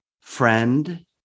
friend